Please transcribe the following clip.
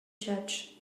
church